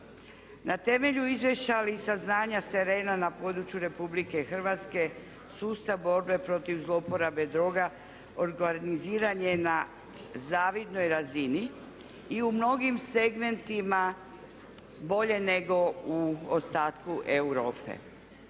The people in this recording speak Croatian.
Na temelju izvješća, ali i saznanja sa terena na području Republike Hrvatske sustav borbe protiv zlouporabe droga organiziran je na zavidnoj razini i u mnogim segmentima bolje nego u ostatku Europe.